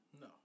No